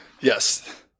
Yes